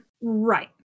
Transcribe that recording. right